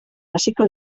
hasiko